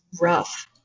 rough